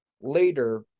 later